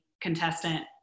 contestant